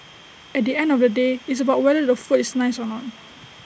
at the end of the day it's about whether the food is nice or not